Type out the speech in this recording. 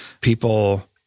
people